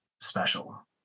special